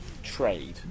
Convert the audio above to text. trade